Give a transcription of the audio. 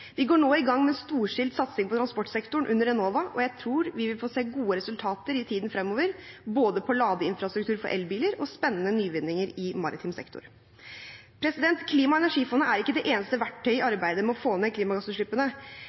Vi går nå i gang med en storstilt satsing på transportsektoren under Enova, og jeg tror vi vil få se gode resultater i tiden fremover både på ladeinfrastruktur for elbiler og spennende nyvinninger i maritim sektor. Klima- og energifondet er ikke det eneste verktøyet i arbeidet med å få ned klimagassutslippene.